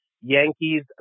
Yankees